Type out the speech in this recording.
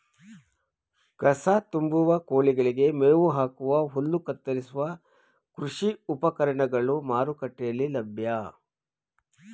ಕಸ ತುಂಬುವ, ಕೋಳಿಗಳಿಗೆ ಮೇವು ಹಾಕುವ, ಹುಲ್ಲು ಕತ್ತರಿಸುವ ಕೃಷಿ ಉಪಕರಣಗಳು ಮಾರುಕಟ್ಟೆಯಲ್ಲಿ ಲಭ್ಯ